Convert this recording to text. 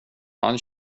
han